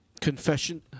Confession